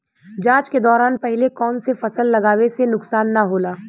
जाँच के दौरान पहिले कौन से फसल लगावे से नुकसान न होला?